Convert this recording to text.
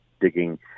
digging